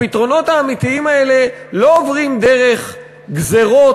הפתרונות האמיתיים האלה לא עוברים דרך גזירות